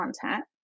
content